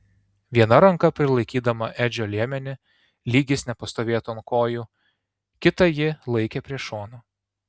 viena ranka prilaikydama edžio liemenį lyg jis nepastovėtų ant kojų kitą ji laikė prie šono